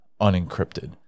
unencrypted